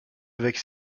avec